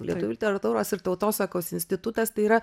lietuvių literatūros ir tautosakos institutas tai yra